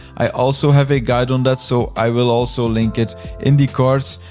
i also have a guide on that so i will also link it in the course.